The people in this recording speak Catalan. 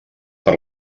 per